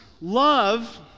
Love